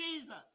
Jesus